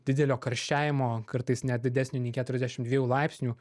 didelio karščiavimo kartais net didesnio nei keturiasdešim dviejų laipsnių